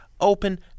open